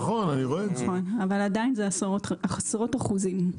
נכון, אבל עדיין אלה עשרות אחוזים.